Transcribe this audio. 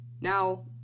Now